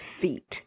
feet